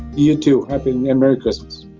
you too. happy. and merry christmas